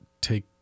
take